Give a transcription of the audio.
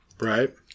Right